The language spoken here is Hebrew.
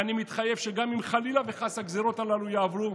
ואני מתחייב שגם אם חלילה וחס הגזרות הללו יעברו,